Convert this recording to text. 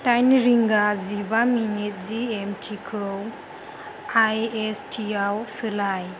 दाइन रिंगा जिबा मिनिट जिएमटिखौ आइएसटिआव सोलाय